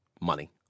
money